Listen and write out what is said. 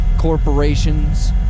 corporations